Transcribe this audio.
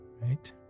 right